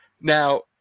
Now